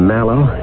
Mallow